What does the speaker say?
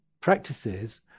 practices